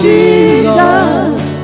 Jesus